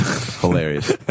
Hilarious